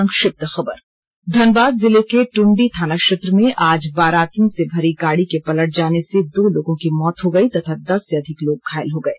संक्षिप्त खबरों धनबाद जिले के ट्रंडी थाना क्षेत्र में आज बारातियों से भरी गाड़ी के पलट जाने से दो लोगों की मौत हो गयी तथा दस से अधिक लोग घायल हो गये